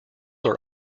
are